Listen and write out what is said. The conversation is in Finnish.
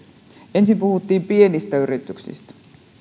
ensin puhuttiin pienistä yrityksistä